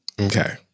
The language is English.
Okay